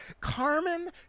Carmen